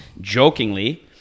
jokingly